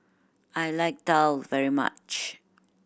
I like daal very much